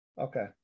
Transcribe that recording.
Okay